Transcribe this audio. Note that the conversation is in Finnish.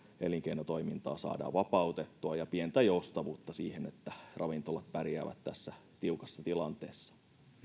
elinkeinotoimintaa vapautettua ja pientä joustavuutta siihen että ravintolat pärjäävät tässä tiukassa tilanteessa